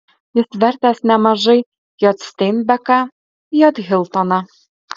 jis vertęs nemažai j steinbeką j hiltoną